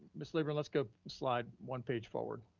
ms. leben, let's go slide one page forward.